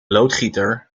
loodgieter